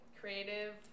creative